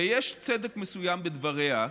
ויש צדק מסוים בדבריה,